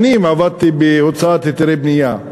שנים עבדתי בהוצאת היתרי בנייה.